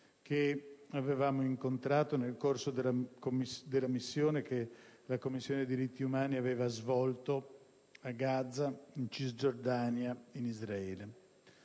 che avevamo incontrato nel corso della missione che la Commissione per i diritti umani aveva svolto a Gaza, in Cisgiordania e in Israele.